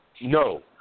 No